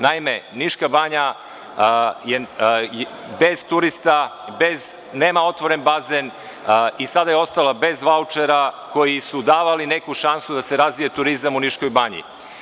Naime, Niška banja bez turista nema otvoren bazen, sada je ostala bez vaučera koji su davali neku šansu da se razvije turizam u Niškoj banji.